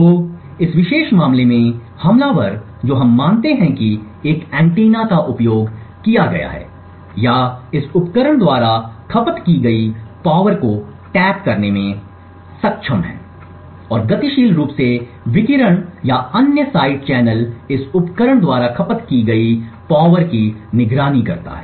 तो इस विशेष मामले में हमलावर जो हम मानते हैं कि एक एंटीना का उपयोग किया गया है या इस उपकरण द्वारा खपत की गई पावर को टैप करने में सक्षम है और गतिशील रूप से विकिरण या अन्य साइड चैनल इस उपकरण द्वारा खपत की गई बिजली की निगरानी करता है